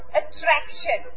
attraction